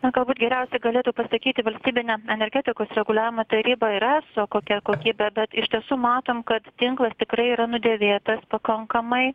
na galbūt geriausia galėtų pasakyti valstybinė energetikos reguliavimo taryba ir eso kokia kokybė bet iš tiesų matom kad tinklas tikrai yra nudėvėtas pakankamai